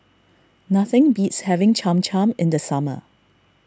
nothing beats having Cham Cham in the summer